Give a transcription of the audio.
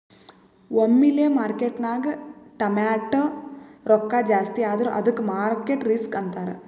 ಒಮ್ಮಿಲೆ ಮಾರ್ಕೆಟ್ನಾಗ್ ಟಮಾಟ್ಯ ರೊಕ್ಕಾ ಜಾಸ್ತಿ ಆದುರ ಅದ್ದುಕ ಮಾರ್ಕೆಟ್ ರಿಸ್ಕ್ ಅಂತಾರ್